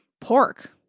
pork